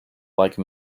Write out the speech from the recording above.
like